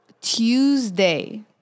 Tuesday